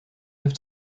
have